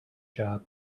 job